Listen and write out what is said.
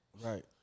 Right